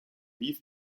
wies